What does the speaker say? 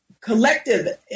collective